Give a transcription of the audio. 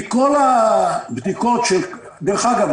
דרך אגב,